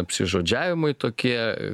apsižodžiavimai tokie